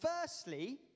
firstly